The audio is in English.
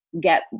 get